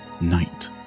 night